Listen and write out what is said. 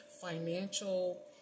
financial